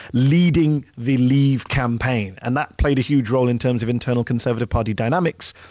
leading the leave campaign. and that played a huge role in terms of internal conservative party dynamics.